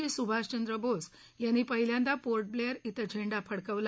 नेताजी सुभाषचंद्र बोस यांनी पहिल्यांदा पोर्ट ब्लेअर िंध झेंडा फडकावला